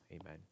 Amen